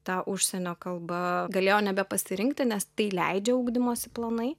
tą užsienio kalbą galėjo nebepasirinkti nes tai leidžia ugdymosi planai